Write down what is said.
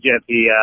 Jeffy